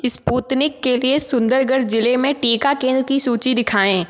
Sputnik के लिए सुंदरगढ़ ज़िले में टीका केंद्र की सूची दिखाएँ